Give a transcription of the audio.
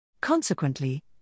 Consequently